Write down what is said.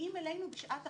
הוא לא זכאי